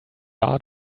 art